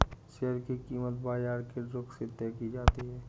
share की कीमत बाजार के रुख से तय की जाती है